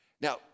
Now